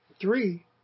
Three